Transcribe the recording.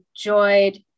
enjoyed